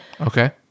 Okay